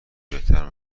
بهتر